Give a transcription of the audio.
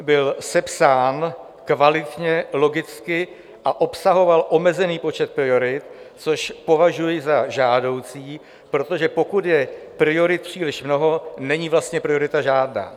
Byl sepsán kvalitně, logicky a obsahoval omezený počet priorit, což považuji za žádoucí, protože pokud je priorit příliš mnoho, není vlastně priorita žádná.